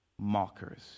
mockers